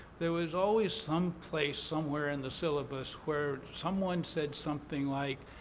there was always some place somewhere in the syllabus where someone said something like,